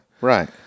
Right